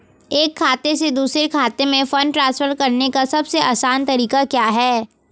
एक खाते से दूसरे खाते में फंड ट्रांसफर करने का सबसे आसान तरीका क्या है?